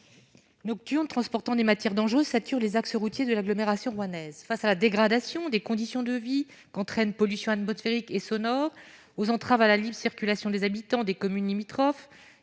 nocturne transportant des matières dangereuses sature les axes routiers de l'agglomération rouennaise face à la dégradation des conditions de vie qu'entraîne pollution Anne Both féerique et sonore aux entraves à la libre-circulation des habitants des communes limitrophes